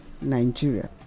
Nigeria